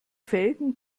felgen